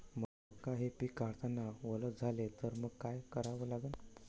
मका हे पिक काढतांना वल झाले तर मंग काय करावं लागन?